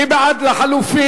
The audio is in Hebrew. מי בעד לחלופין?